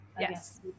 Yes